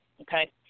okay